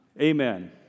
Amen